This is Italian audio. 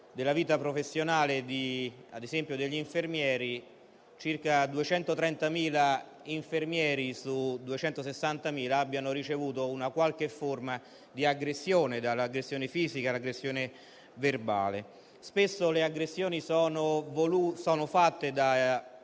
della vita professionale - ad esempio - degli infermieri, circa 230.000 infermieri su 260.000 abbiano ricevuto una qualche forma di aggressione, che va da quella fisica a quella verbale. Spesso le aggressioni sono fatte da